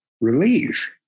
relief